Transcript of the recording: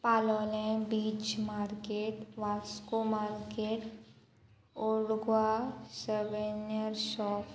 Palolem beach market Vasco market old Goa souvenir shop